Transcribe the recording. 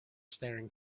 staring